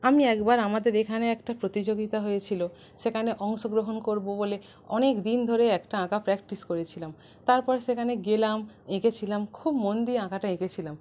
আমি একবার আমাদের এখানে একটা প্রতিযোগিতা হয়েছিল সেখানে অংশগ্রহণ করব বলে অনেক দিন ধরে একটা আঁকা প্র্যাকটিস করেছিলাম তারপর সেখানে গেলাম এঁকেছিলাম খুব মন দিয়ে আঁকাটা এঁকেছিলাম